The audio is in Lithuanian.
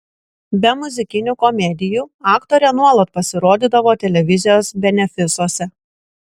be muzikinių komedijų aktorė nuolat pasirodydavo televizijos benefisuose